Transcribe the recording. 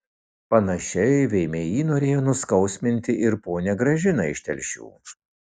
panašiai vmi norėjo nuskausminti ir ponią gražiną iš telšių